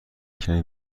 کمی